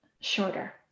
shorter